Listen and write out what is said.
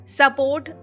support